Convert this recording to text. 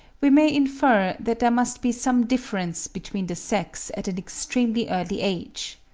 we may infer that there must be some difference between the sexes at an extremely early age.